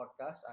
podcast